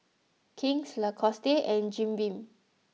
King's Lacoste and Jim Beam